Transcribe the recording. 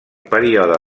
període